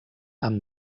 amb